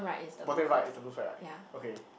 bottom right is the blue flag right okay